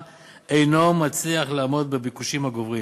אינו מצליח לעמוד בביקושים הגוברים,